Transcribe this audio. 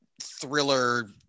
thriller